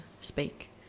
speak